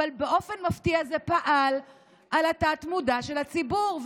אבל באופן מפתיע זה פעל על התת-מודע של הציבור.